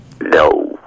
No